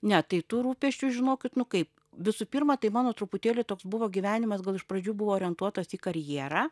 ne tai tų rūpesčių žinokit nu kaip visų pirma tai mano truputėlį toks buvo gyvenimas gal iš pradžių buvo orientuotas į karjerą